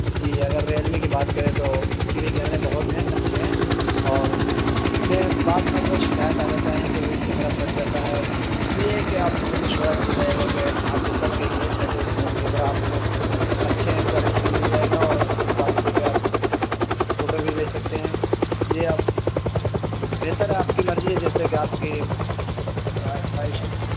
جی اگر ریئل می کی بات کریں تو اس کی بھی کیمرے بہت ہیں اچھے ہیں اور اس میں بعض مرتبہ شکایت آ جاتا ہے کہ بھئی کیمرہ فٹ جاتا ہے یہ ہے کہ آپ کو مشورہ دیا جائے گا کہ آپ ایپل کا ہی لیں تاکہ اس میں کیمرہ آپ کو اچھے کوالیٹی کا مل جائے گا اور اچھے کوالیٹی کا فوٹو بھی لے سکتے ہیں یہ آپ بہتر ہے آپ کی مرضی ہے جیسے کہ آپ کی خواہش ہے